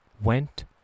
went